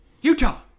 Utah